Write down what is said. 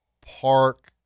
park